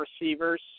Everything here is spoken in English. receivers